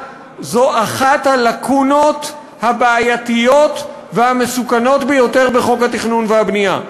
אחת הלקונות הבעייתיות והמסוכנות ביותר בחוק התכנון והבנייה.